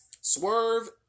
Swerve